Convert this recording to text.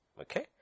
okay